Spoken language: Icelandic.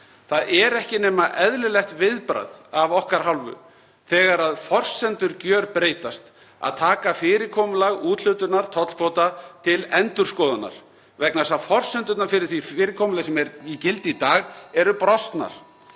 Það er ekki nema eðlilegt viðbragð af okkar hálfu þegar forsendur gerbreytast, að taka fyrirkomulag úthlutunar tollkvóta til endurskoðunar, vegna þess að forsendurnar fyrir því fyrirkomulagi sem er í gildi í dag eru brostnar.